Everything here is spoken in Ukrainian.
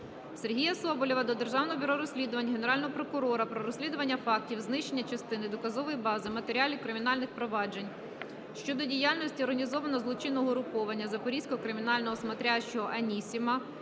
Сергія Соболєва до Державного бюро розслідувань, Генерального прокурора про розслідування фактів знищення частини доказової бази матеріалів кримінальних проваджень, щодо діяльності організованого злочинного угрупування Запорізького кримінального "смотрящего" "Анісіма",